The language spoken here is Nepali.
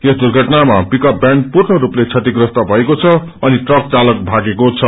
यस दुर्घटनमा पिकअप भ्यान पूर्णरूपले क्षतिप्रस्त भएको छ अनि ट्रक चालक भागेको छ